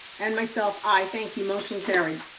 and myself, i, thank you motion carried.